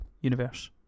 universe